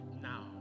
now